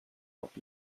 help